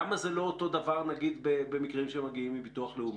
למה זה לא אותו דבר במקרים שמגיעים מביטוח לאומי?